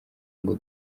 ngo